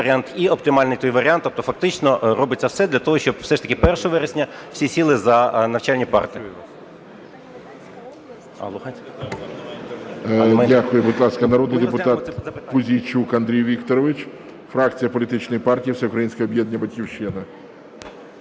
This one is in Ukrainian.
Дякую. Будь ласка, народний депутат Пузійчук Андрій Вікторович, фракція політичної партії Всеукраїнське об'єднання "Батьківщина".